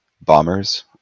Bombers